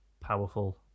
powerful